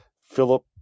Philip